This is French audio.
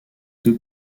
deux